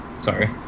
sorry